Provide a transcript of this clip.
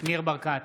ניר ברקת,